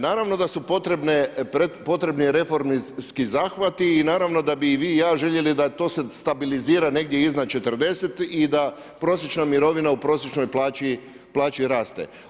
Naravno da su potrebni reformski zahvati i naravno da bi i vi i ja željeli da to se stabilizira negdje iznad 40 i da prosječna mirovina u prosječnoj plaći raste.